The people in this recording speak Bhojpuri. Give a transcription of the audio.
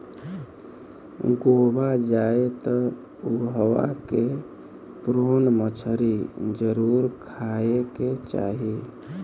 गोवा जाए त उहवा के प्रोन मछरी जरुर खाए के चाही